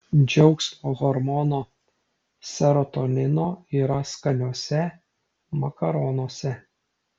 džiaugsmo hormono serotonino yra skaniuose makaronuose